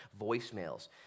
voicemails